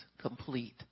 complete